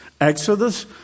Exodus